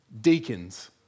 deacons